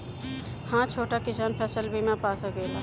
हा छोटा किसान फसल बीमा पा सकेला?